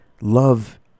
Love